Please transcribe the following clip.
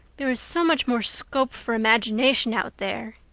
there is so much more scope for imagination out there.